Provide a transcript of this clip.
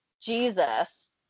Jesus